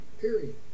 period